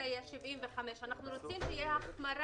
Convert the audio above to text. אלא יהיה 75. אנחנו רוצים שתהיה החמרה,